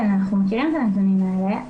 אנחנו מכירים את הנתונים האלה.